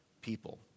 people